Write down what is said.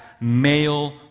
male